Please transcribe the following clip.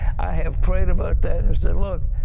i have prayed about that and said look,